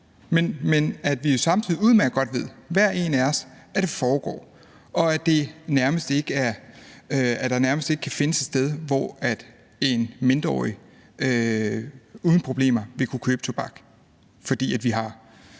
Men samtidig ved vi udmærket godt, hver og en af os, at det foregår, og at der nærmest ikke kan findes et sted, hvor en mindreårig uden problemer ikke vil kunne købe tobak, fordi den